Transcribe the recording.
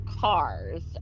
cars